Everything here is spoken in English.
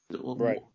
Right